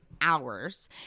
hours